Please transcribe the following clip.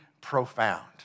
profound